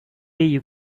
you